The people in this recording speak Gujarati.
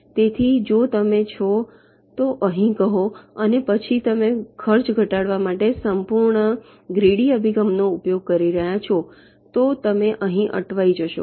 તેથી જો તમે છો તો અહીં કહો અને પછી તમે ખર્ચ ઘટાડવા માટે સંપૂર્ણ લોભી અભિગમનો ઉપયોગ કરી રહ્યાં છો તો તમે અહીં અટવાઇ જશો